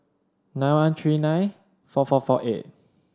nine one three nine four four four eight